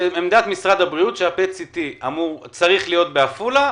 עמדת משרד הבריאות היא שה- PET-CTצריך להיות בעפולה,